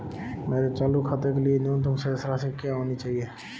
मेरे चालू खाते के लिए न्यूनतम शेष राशि क्या होनी चाहिए?